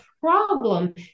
problem